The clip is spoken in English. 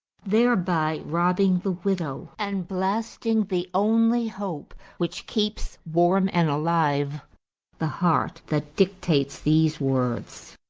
thereby robbing the widow, and blasting the only hope which keeps warm and alive the heart that dictates these words.